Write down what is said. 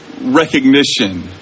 recognition